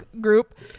group